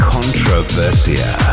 Controversia